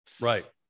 right